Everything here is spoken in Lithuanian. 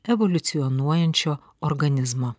evoliucionuojančio organizmo